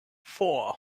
four